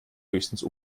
höchstens